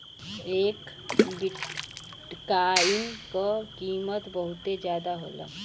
एक बिट्काइन क कीमत बहुते जादा होला